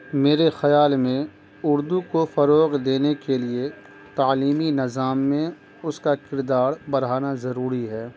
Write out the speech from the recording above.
میرے خیال میں اردو کو فروغ دینے کے لیے تعلیمی نظام میں اس کا کردار بڑھانا ضروری ہے